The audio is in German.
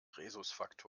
rhesusfaktor